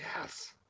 Yes